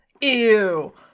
Ew